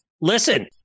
Listen